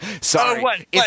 Sorry